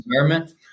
environment